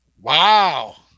Wow